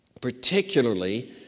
Particularly